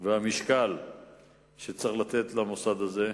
והמשקל שצריך לתת למוסד הזה,